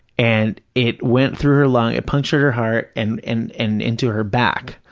and it went through her lung, it punctured her heart, and and and into her back.